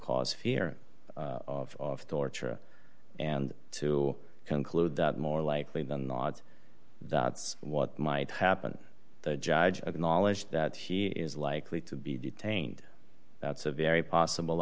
cause fear of torture and to conclude that more likely than not that's what might happen the judge acknowledged that he is likely to be detained that's a very possible